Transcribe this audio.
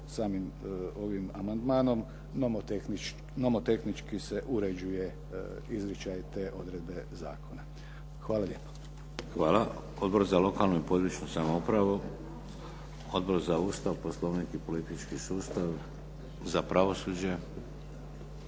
samim ovim amandmanom nomotehnički se uređuje izričaj te odredbe zakona. Hvala lijepo. **Šeks, Vladimir (HDZ)** Hvala. Odbor za lokalnu i područnu samoupravu? Odbor za Ustav, Poslovnik i politički sustav? Za pravosuđe?